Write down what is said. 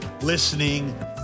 listening